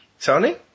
Tony